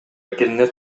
экенине